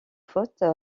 faute